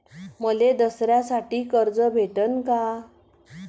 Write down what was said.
मले दसऱ्यासाठी कर्ज भेटन का?